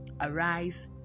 arise